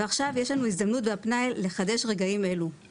ועכשיו יש לנו הזדמנות והפנאי לחדש רגעים אלה.